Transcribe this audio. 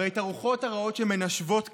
הרי את הרוחות הרעות שמנשבות כאן,